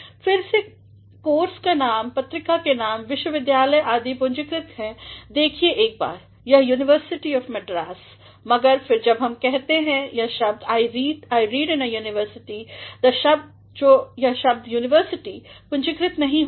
फिर से कोर्स के नाम पत्रिका के नाम विश्वविद्यालय आदि भी पूंजीकृतहैं देखिए एक बार यहUniversity of Madrasमगर फिर जब आप कहते यह शब्दहैंIread in a universityयह शब्दuniversityपूंजीकृत नहीं होगा